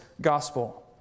gospel